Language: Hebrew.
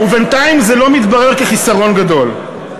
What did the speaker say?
ובינתיים זה לא מתברר כחיסרון גדול.